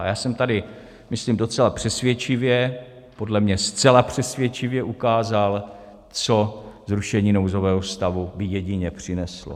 A já jsem tady, myslím, docela přesvědčivě, podle mě zcela přesvědčivě ukázal, co zrušení nouzového stavu by jedině přineslo.